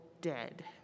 dead